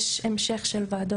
יש המשך של וועדות,